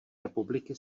republiky